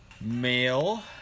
male